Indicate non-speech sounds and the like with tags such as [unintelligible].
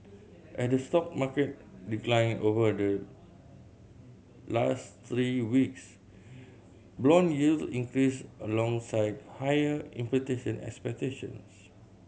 as the stock market declined over the last three weeks brown yields increased alongside higher [unintelligible] expectations